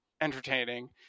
entertaining